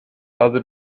other